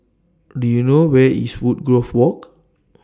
Do YOU know Where IS Woodgrove Walk